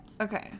okay